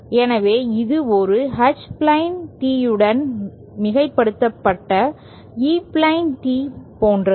எனவே இது ஒரு H பிளேன் Teeயுடன் மிகைப்படுத்தப்பட்ட E பிளேன் Tee போன்றது